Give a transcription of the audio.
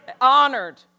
Honored